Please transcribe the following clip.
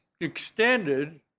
extended